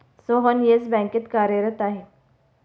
Sohan Yes बँकेत कार्यरत आहे